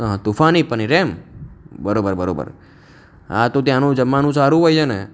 હા તૂફાની પનીર એમ બરોબર બરોબર હા તો ત્યાંનું જમવાનું સારું હોય છે ને